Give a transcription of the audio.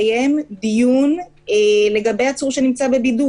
אני מתנצל שאני מקיים את הדיון ביום ראשון.